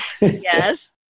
Yes